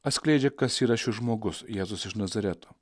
atskleidžia kas yra šis žmogus jėzus iš nazareto